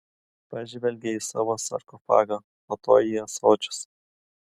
pažvelgė į savo sarkofagą po to į ąsočius